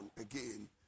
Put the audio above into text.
again